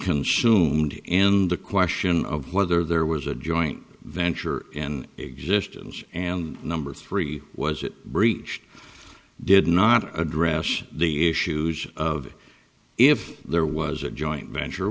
consumed and the question of whether there was a joint venture in existence and number three was it breached did not address the issues of if there was a joint venture